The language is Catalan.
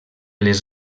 les